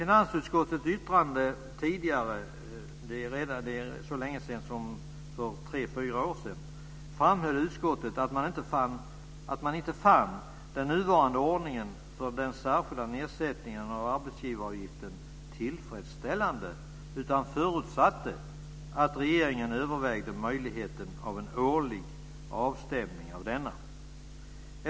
I finansutskottets tidigare yttrande för så länge sedan som för tre fyra år sedan framhöll utskottet att man inte fann den nuvarande ordningen för den särskilda nedsättningen av arbetsgivaravgiften tillfredsställande, utan förutsatte att regeringen övervägde möjligheten av en årlig avstämning av denna.